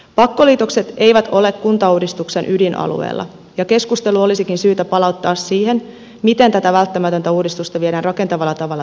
pakkoliitokset eivät ole kuntauudistuksen ydinalueella ja keskustelu olisikin syytä palauttaa siihen miten tätä välttämätöntä uudistusta viedään rakentavalla tavalla yhdessä eteenpäin